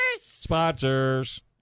Sponsors